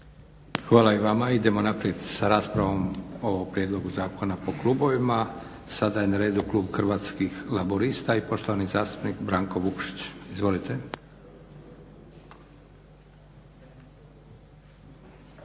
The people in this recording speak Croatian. Hvala i vama. Idemo nastaviti sa raspravom o prijedlogu zakona po klubovima. Sada je na redu klub Hrvatskih laburista i poštovani zastupnik Branko Vukšić. Izvolite.